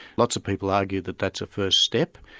lots of people argued that that's a first step,